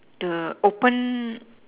the open